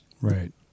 Right